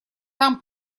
там